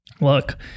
look